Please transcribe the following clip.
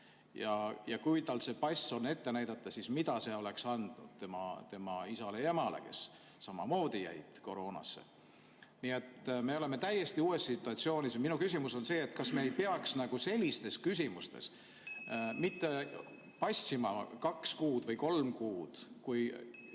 Kui tal see pass oligi ette näidata, siis mida see oleks andnud tema isale ja emale, kes samamoodi jäid koroonasse? Me oleme täiesti uues situatsioonis. Minu küsimus on see, et kas me ei peaks sellistes küsimustes mitte passima kaks või kolm kuud.